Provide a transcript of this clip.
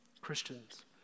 Christians